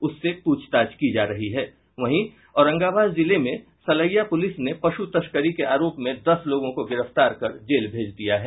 उससे प्रछताछ की जा रही है वहीं औरंगाबाद जिले में सलैया प्रुलिस ने पशु तस्करी के आरोप में दस लोगों को गिरफ्तार कर जेल भेज दिया है